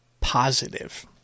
positive